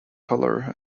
color